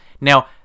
Now